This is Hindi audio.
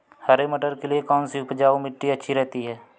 हरे मटर के लिए कौन सी उपजाऊ मिट्टी अच्छी रहती है?